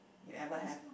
you ever had